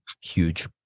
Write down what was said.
huge